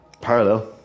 Parallel